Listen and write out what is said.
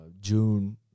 June